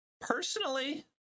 personally